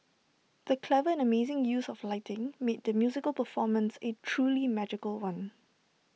the clever and amazing use of lighting made the musical performance A truly magical one